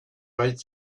right